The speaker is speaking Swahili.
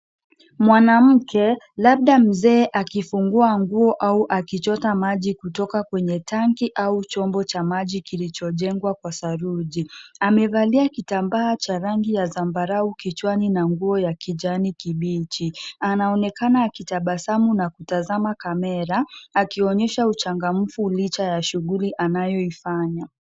Mwanamke labda mzee akifungua nguo au akichota maji kutoka kwenye tanki au chombo cha maji kilichojengwa kwa saruji. Amevalia kitambaa cha rangi ya zambarau kichwani na nguo ya kijani kibichi. Anaonekana akitabasamu na kutazama camera akionyesha uchangamfu licha ya shughuli anayoifanya.